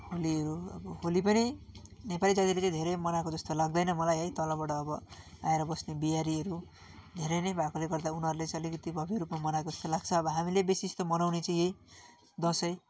होलीहरू अब होली पनि नेपाली जातिले चाहिँ धेरै मनाएको जस्तो लाग्दैन मलाई है तलबाट अब आएर बस्ने बिहारीहरू धेरै नै भएकोले गर्दा उनीहरूले चाहिँ अलिकति भव्य रूपमा मनाएको जस्तो लाग्छ अब हामीले बेसी जस्तो मनाउने चाहिँ यही दसैँ